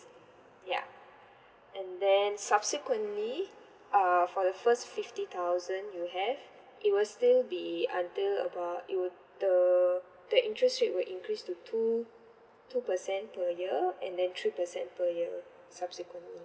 yup and then subsequently uh for the first fifty thousand you have it will still be until about it will the the interest rate will increase to two two percent per year and then three percent per year subsequently